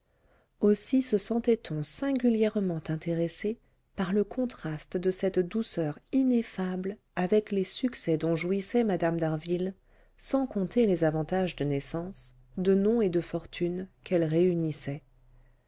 aussi se sentait on singulièrement intéressé par le contraste de cette douceur ineffable avec les succès dont jouissait mme d'harville sans compter les avantages de naissance de nom et de fortune qu'elle réunissait